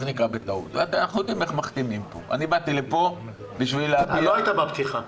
לא היית בפתיחה.